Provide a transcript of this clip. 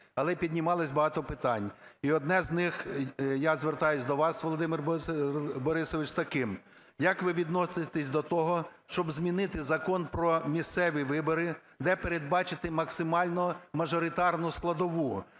Але піднімалось багато питань. І одне з них, я звертаюсь до вас, Володимир Борисович, з таким. Як ви відноситесь до того, щоб змінити Закон "Про місцеві вибори", де передбачити максимально мажоритарну складову?